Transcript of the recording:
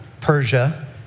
Persia